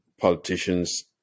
politicians